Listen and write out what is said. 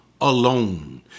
alone